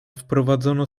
wprowadzono